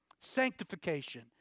sanctification